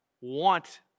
want